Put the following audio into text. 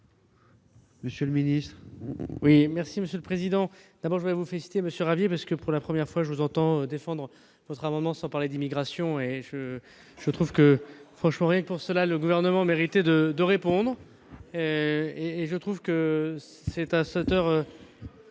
monsieur le ministre,